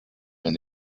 and